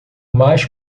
mais